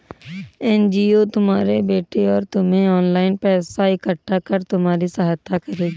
NGO तुम्हारे बेटे और तुम्हें ऑनलाइन पैसा इकट्ठा कर तुम्हारी सहायता करेगी